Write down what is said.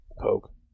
Poke